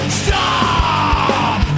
Stop